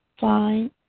fine